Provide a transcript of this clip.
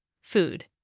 food